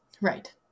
Right